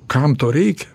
kam to reikia